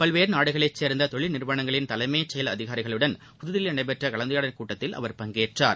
பல்வேறு நாடுகளைச் சேர்ந்த தொழில் நிறுவனங்களின் தலைமைச் செயல் அதிகாரிகளுடன் புதுதில்லியில் நடைபெற்ற கலந்துரையாடல் கூட்டத்தில் அவர் பங்கேற்றார்